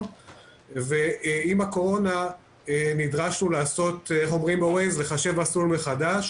ועם הקורונה נדרשנו לחשב מסלול מחדש